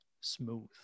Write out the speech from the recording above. smooth